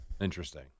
Interesting